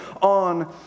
on